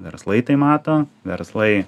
verslai tai mato verslai